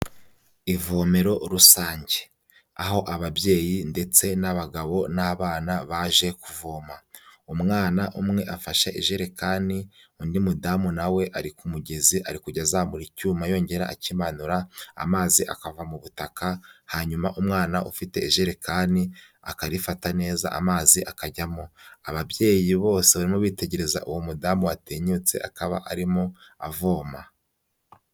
Ivomero rusange. Aho ababyeyi ndetse n'abagabo n'abana baje kuvoma, umwana umwe afashe ijerekani, undi mudamu na we ari ku mugezi ari kujya azamura icyuma yongera akimanura, amazi akava mu butaka, hanyuma umwana ufite ijerekani akayifata neza amazi akajyamo, ababyeyi bose barimo bitegereza uwo mudamu watinyutse akaba arimo avoma.